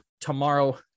tomorrow